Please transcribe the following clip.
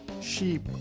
sheep